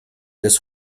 des